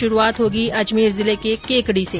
शुरुआत होगी अजमेर जिले के केकड़ी से